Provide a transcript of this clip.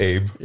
Abe